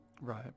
Right